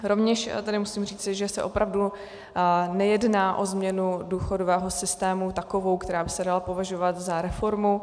Rovněž tedy musím říci, že se opravdu nejedná o změnu důchodového systému takovou, která by se dala považovat za reformu.